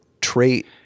trait